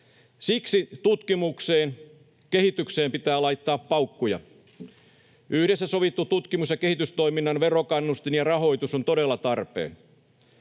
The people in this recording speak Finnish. Siksi tutkimukseen ja kehitykseen pitää laittaa paukkuja. Yhdessä sovitut tutkimus- ja kehitystoiminnan verokannustin ja rahoitus ovat todella tarpeen.